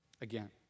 again